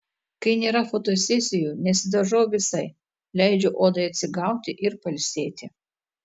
kai nėra fotosesijų nesidažau visai leidžiu odai atsigauti ir pailsėti